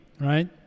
right